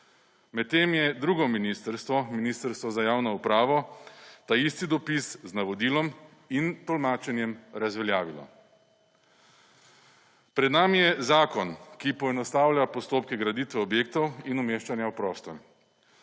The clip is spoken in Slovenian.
Medtem je drugo ministrstvo, Ministrstvo za javno upravo ta isti dopis z navodilom in tolmačenjem razveljavilo. Pred nami je zakon, ki poenostavlja postopke graditve objektov in umeščanja v prostor.